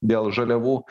dėl žaliavų